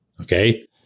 Okay